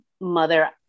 mother